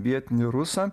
vietinį rusą